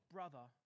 Brother